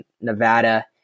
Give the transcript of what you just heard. Nevada